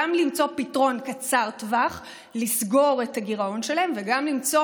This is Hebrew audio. גם למצוא פתרון קצר טווח לסגור את הגירעון שלהם וגם למצוא